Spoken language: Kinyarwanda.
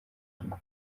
inyuma